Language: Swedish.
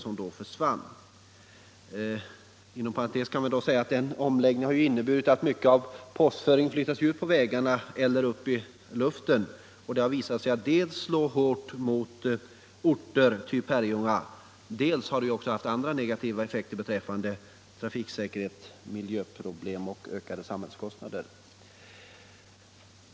Inom parentes kan sägas att den omläggningen har inneburit att mycket av postföringen har flyttats från järnvägen, ut på vägarna eller upp i luften, vilket dels har visat sig slå hårt mot orter av typen Herrljunga, dels har haft andra negativa effekter när det t.ex. gäller trafiksäkerhetsoch miljöproblemen, samtidigt som det har inneburit ökade samhällskostnader.